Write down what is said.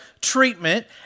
treatment